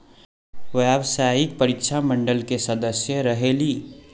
व्यावसायिक परीक्षा मंडल के सदस्य रहे ली?